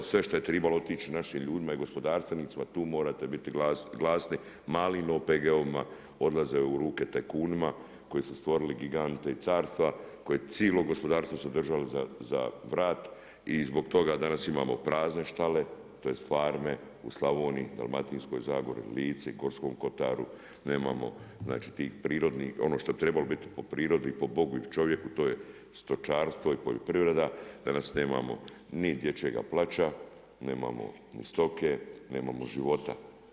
Sve što je trebalo našim ljudima i gospodarstvenicima tu morate biti glasni, malim OPG-ovima odlaze u ruke tajkunima koji su stvorili gigante i carstva, koji cijelo gospodarstvo su držali za vrat i zbog toga danas imamo prazne štale, tj. farme u Slavoniji, Dalmatinskoj zagori, Lici, Gorskom kotaru, nemamo znači tih prirodnih ono što bi trebalo biti po prirodu, po Bogu i čovjeku, to je stočarstvo i poljoprivreda, danas nemamo ni dječjeg plaća, nemamo stoke, nemamo ni života.